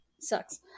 sucks